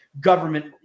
government